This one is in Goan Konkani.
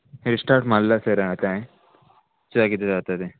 हिस्टा मारला सर आतां हांयें चोया किदें जाता तें